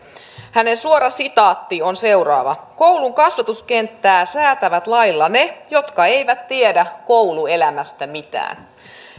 seuraava suora sitaatti koulun kasvatuskenttää säätävät lailla ne jotka eivät tiedä kouluelämästä mitään